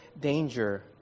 danger